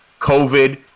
COVID